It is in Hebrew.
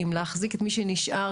המוסד,